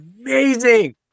amazing